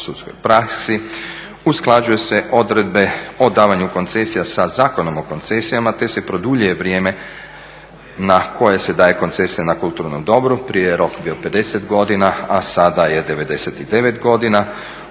sudskoj praksi. Usklađuju se odredbe o davanju koncesija sa Zakonom o koncesijama te se produljuje vrijeme na koje se daje koncesija na kulturnom dobru. Prije je rok bio 50 godina, a sada je 99 godina.